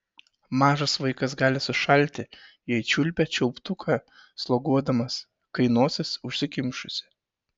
mažas vaikas gali sušalti jei čiulpia čiulptuką sloguodamas kai nosis užsikimšusi